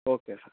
okay sir